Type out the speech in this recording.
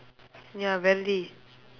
ya very